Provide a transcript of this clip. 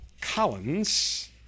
Collins